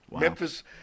Memphis